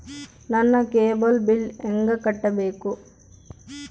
ನನ್ನ cable bill ಹೆಂಗ ಕಟ್ಟಬೇಕು?